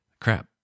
crap